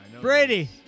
Brady